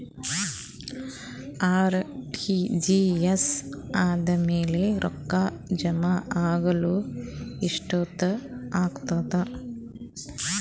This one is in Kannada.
ಆರ್.ಟಿ.ಜಿ.ಎಸ್ ಆದ್ಮೇಲೆ ರೊಕ್ಕ ಜಮಾ ಆಗಲು ಎಷ್ಟೊತ್ ಆಗತದ?